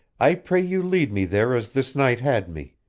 i pray you lead me there as this knight had me.